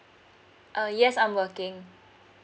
uh yes I'm working